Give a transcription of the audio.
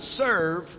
serve